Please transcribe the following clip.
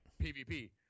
PvP